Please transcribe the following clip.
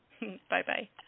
Bye-bye